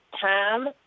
Tom